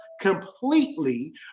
completely